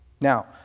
Now